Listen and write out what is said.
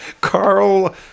Carl